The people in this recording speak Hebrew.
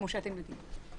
כמו שאתם יודעים.